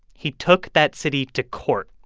he took that city to court.